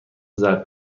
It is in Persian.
زرد